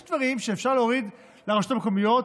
יש דברים שאפשר להוריד לרשויות המקומיות.